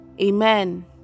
amen